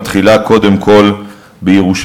מתחילה קודם כול בירושלים.